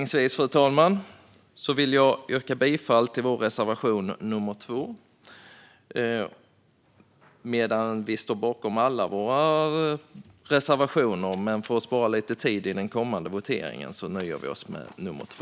Jag vill avslutningsvis yrka bifall till reservation nr 2. Jag står visserligen bakom alla våra reservationer, men för att spara tid vid kommande votering nöjer jag mig med nr 2.